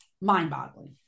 mind-boggling